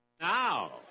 Now